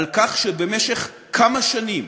שבמשך כמה שנים